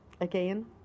again